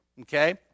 Okay